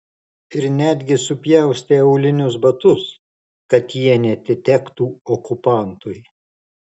ir netgi supjaustė aulinius batus kad jie neatitektų okupantui